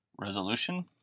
resolution